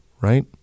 right